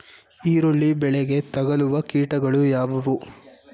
ಈರುಳ್ಳಿ ಬೆಳೆಗೆ ತಗಲುವ ಕೀಟಗಳು ಯಾವುವು?